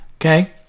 Okay